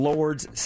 Lord's